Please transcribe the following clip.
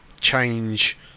change